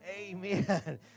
Amen